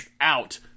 out